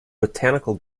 botanical